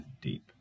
deep